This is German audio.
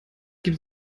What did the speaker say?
gibt